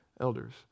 elders